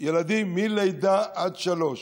ילדים מלידה עד גיל שלוש